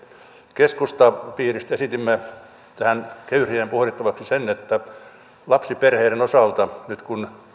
keskustan piiristä esitimme kehysriihen pohdittavaksi että lapsiperheiden osalta nyt kun